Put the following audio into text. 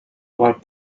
about